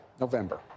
November